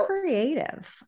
creative